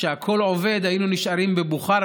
שבה הכול עובד היינו נשארים בבוכרה,